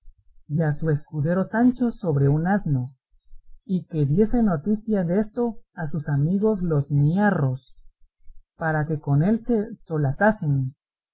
a su escudero sancho sobre un asno y que diese noticia desto a sus amigos los niarros para que con él se solazasen